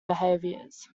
behaviors